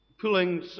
pulling